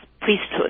priesthood